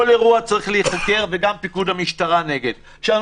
כל אירוע צריך להיחקר, וגם פיקוד המשטרה נגד.